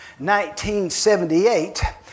1978